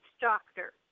Doctor